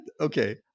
Okay